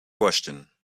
question